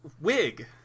Wig